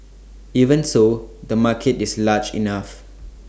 even so the market is large enough